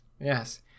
yes